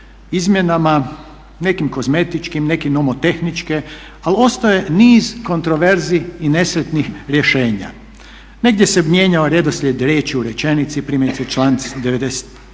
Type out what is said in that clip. izmjenama, nekim kozmetičkim, nekim nomotehničke, ali ostaje niz kontroverzi i nesretnih rješenja. Negdje se mijenjao redoslijed riječi u rečenici, primjerice članci 99/1,